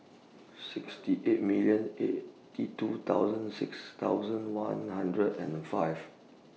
sixty eight million eighty two thousand six thousand one hundred and five